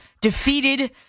defeated